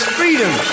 freedom